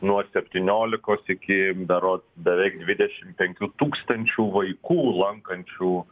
nuo septyniolikos iki berods beveik dvidešim penkių tūkstančių vaikų lankančių